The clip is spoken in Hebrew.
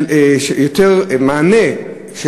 לתת יותר מענה,